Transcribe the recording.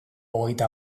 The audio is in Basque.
hogeita